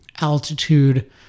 altitude